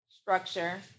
Structure